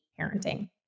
parenting